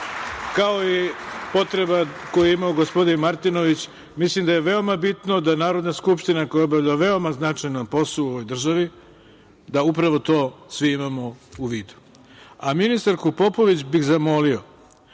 kao i potreba koju je imao gospodin Martinović. Mislim da je veoma bitno da Narodna skupština koja obavlja veoma značajan posao u ovoj državi, da upravo to svi imamo u vidu. Ministarku Popović bih zamolio,